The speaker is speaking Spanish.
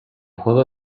juego